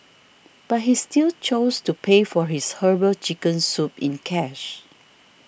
but he still chose to pay for his Herbal Chicken Soup in cash